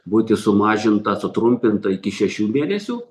būti sumažinta sutrumpinta iki šešių mėnesių